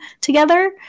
together